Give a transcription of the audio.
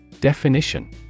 Definition